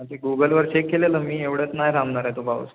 अच्छा गुगलवर चेक केलेलं मी एवढ्यात नाही थांबणार आहे तो पाऊस